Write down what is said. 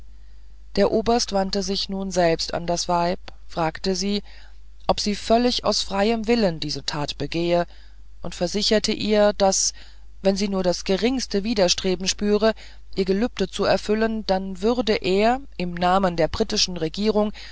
der oberst wandte sich nun selbst an das weib fragte sie ob sie völlig aus freiem willen diese tat begehe und versicherte ihr daß wenn sie nur das geringste widerstreben spüre ihr gelübde zu erfüllen dann würde er im namen der britischen regierung